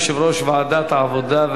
יושב-ראש ועדת העבודה,